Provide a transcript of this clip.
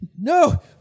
no